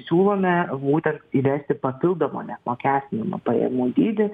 siūlome būtent įvesti papildomą neapmokestinamą pajamų dydį